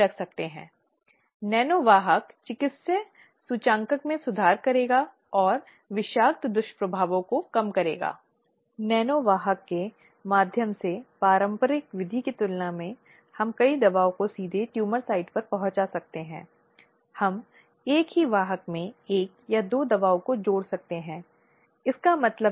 यदि इस तरह की कोई सुलह संभव नहीं है या महिलाएं ऐसी किसी भी सुलह की उम्मीद नहीं करती हैं तो उस मामले में एक जांच होनी चाहिए जिसे शुरू करने के लिए और उस पूछताछ में महिलाओं को खुद का बचाव करना चाहिए पीड़ित को आवश्यक समुदाय के समक्ष किसी अन्य रूप में दस्तावेजों के रूप में आवश्यक साक्ष्य गवाहों को सामने रखना चाहिए